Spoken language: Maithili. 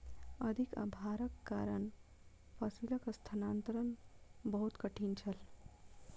अधिक भारक कारण फसिलक स्थानांतरण बहुत कठिन छल